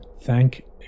thank